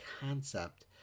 concept